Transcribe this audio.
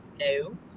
No